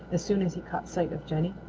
as soon as he caught sight of jenny.